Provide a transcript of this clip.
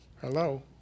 Hello